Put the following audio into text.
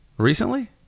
recently